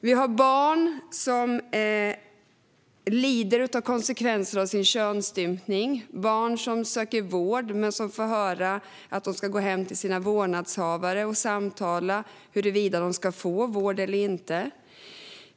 Vi har barn som lider av konsekvenserna av sin könsstympning och barn som söker vård men får höra att de ska gå hem till sina vårdnadshavare och samtala om huruvida de ska få vård eller inte.